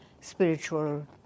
spiritual